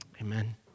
Amen